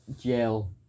jail